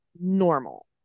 normal